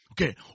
Okay